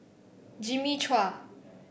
Jimmy Chua